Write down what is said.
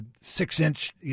six-inch